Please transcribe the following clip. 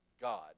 god